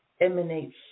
emanates